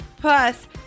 Plus